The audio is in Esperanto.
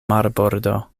marbordo